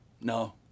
No